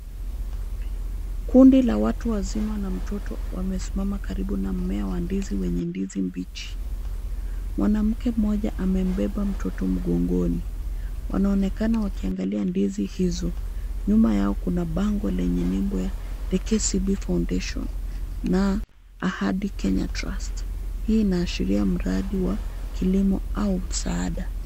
Kundi la watu wazima na mtoto wamesimama karibu na mmea wa ndizi wenye ndizi mbichi. Mwanamke mmoja amembeba mtoto mgongoni. Wanaonekana wakiangalia ndizi hizo. Nyuma yao kuna bango lenye nembo ya The KCB Foundation na Ahadi Kenya Trust. Hii inaashiria mradi wa kilimo au msaada.